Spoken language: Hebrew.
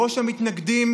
בראש המתנגדים,